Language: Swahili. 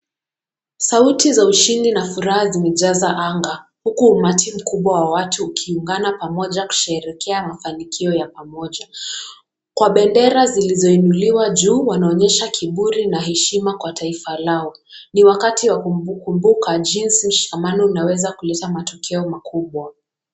Sauti za ushindi na furaha zimejaza anga huku umati mkubwa wa watu ukiungana pamoja kusherehekea mafanikio ya pamoja . Kwa bendera zilizoinuliwa juu wanaonyesha kiburi na heshima kwa taifa lao. Ni wakati wa kukumbuka jinsi mshikamano unaweza kuleta matukio makubwa.